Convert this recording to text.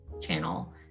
channel